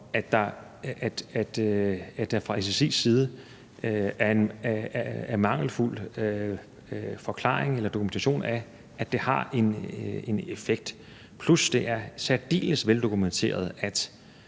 at der fra SSI's side er mangelfuld forklaring på eller dokumentation for, at det har en effekt. Plus: Det er særdeles veldokumenteret,